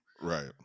Right